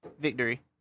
victory